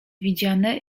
widziane